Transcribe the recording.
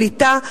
קליטה,